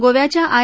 गोव्याच्या आय